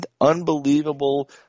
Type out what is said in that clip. unbelievable